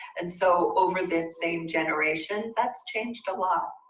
and so, over this same generation, that's changed a lot.